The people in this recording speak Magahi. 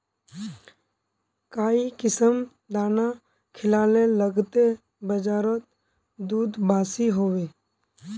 काई किसम दाना खिलाले लगते बजारोत दूध बासी होवे?